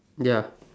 ya